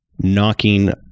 knocking